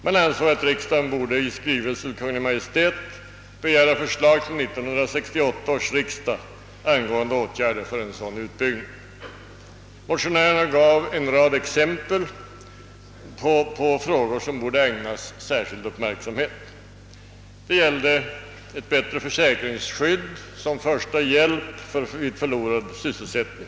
Det ansågs att riksdagen borde i skrivelse till Kungl. Maj:t begära förslag till 1968 års riksdag angående åtgärder för en sådan utbyggnad. Motionärerna gav en rad exempel på frågor som borde ägnas särskild uppmärksamhet. Det gällde ett bättre försäkringsskydd som första hjälp vid förlorad sysselsättning.